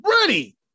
ready